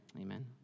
Amen